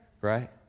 right